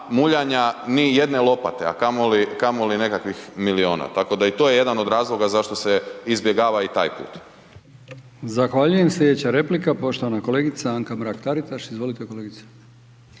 muljanja ni jedne lopate, a kamoli, kamoli nekakvih miliona. Tako da i to je jedan od razloga zašto se izbjegava i taj put. **Brkić, Milijan (HDZ)** Zahvaljujem. Sljedeća replika poštovana kolegica Anka Mrak Tartitaš. Izvolite.